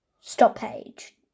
stoppage